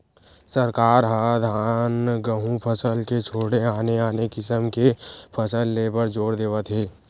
सरकार ह धान, गहूँ फसल के छोड़े आने आने किसम के फसल ले बर जोर देवत हे